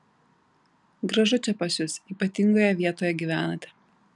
gražu čia pas jus ypatingoje vietoj gyvenate